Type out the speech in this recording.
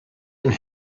and